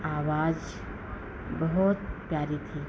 आवाज़ बहुत प्यारी थी